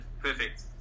perfect